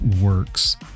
works